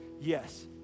yes